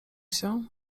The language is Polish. się